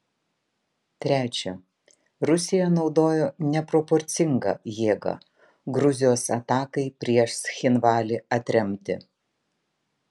trečia rusija naudojo neproporcingą jėgą gruzijos atakai prieš cchinvalį atremti